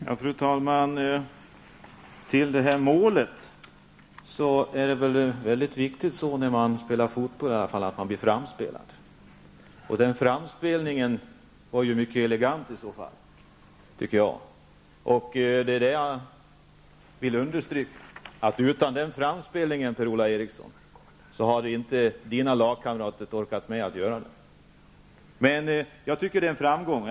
Fru talman! När det gäller mål i fotboll vill jag säga att det ändå är mycket viktigt att man blir framspelad. Framspelningen i detta fall var ju mycket elegant. Jag vill understryka att Per-Ola Erikssons lagkamrater inte hade orkat med det här utan denna framspelning.